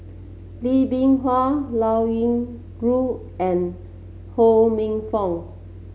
Lee Bee Wah Liao Yingru and Ho Minfong